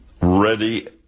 ready